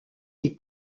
les